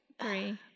Three